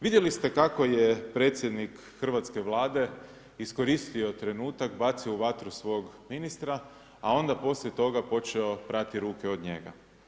Vidjeli ste kako je predsjednik hrvatske Vlade iskoristio trenutak, bacio u vatru svog ministra a onda poslije toga počeo prati ruke od njega.